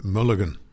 Mulligan